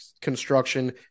construction